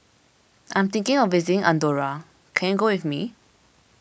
I am thinking of visiting andorra can you go with me